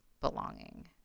belonging